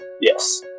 yes